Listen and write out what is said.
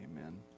Amen